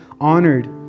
honored